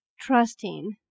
trusting